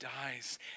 dies